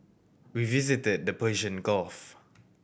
we visited the Persian Gulf